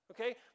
okay